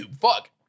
Fuck